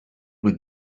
would